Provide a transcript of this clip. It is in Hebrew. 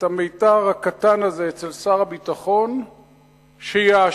את המיתר הקטן הזה אצל שר הביטחון שיאשר.